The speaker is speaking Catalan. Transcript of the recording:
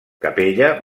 capella